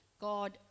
God